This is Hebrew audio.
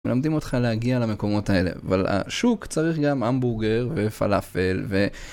מלמדים אותך להגיע למקומות האלה, אבל השוק צריך גם המבורגר ופלאפל ו...